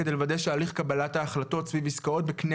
כדי לוודא שהליך קבלת ההחלטות סביב עסקאות בקנה